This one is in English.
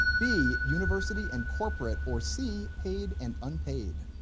b, university and corporate, or c, paid and unpaid?